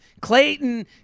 Clayton